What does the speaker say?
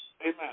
amen